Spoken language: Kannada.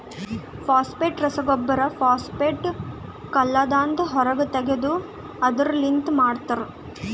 ಫಾಸ್ಫೇಟ್ ರಸಗೊಬ್ಬರ ಫಾಸ್ಫೇಟ್ ಕಲ್ಲದಾಂದ ಹೊರಗ್ ತೆಗೆದು ಅದುರ್ ಲಿಂತ ಮಾಡ್ತರ